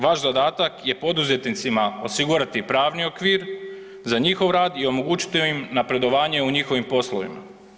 Vaš zadatak je poduzetnicima osigurati pravni okvir za njihov rad i omogućiti im napredovanje u njihovim poslovima.